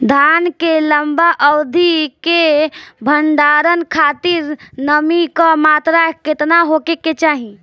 धान के लंबा अवधि क भंडारण खातिर नमी क मात्रा केतना होके के चाही?